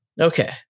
okay